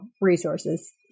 resources